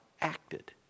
acted